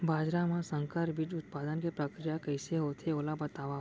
बाजरा मा संकर बीज उत्पादन के प्रक्रिया कइसे होथे ओला बताव?